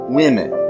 women